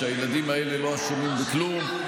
שהילדים האלה לא אשמים בכלום.